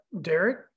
Derek